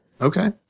Okay